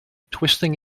twisting